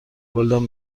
گلدان